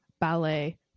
ballet